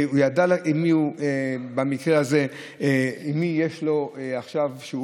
והוא ידע במקרה הזה ממי הוא מבקש.